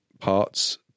parts